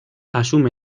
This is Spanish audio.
asume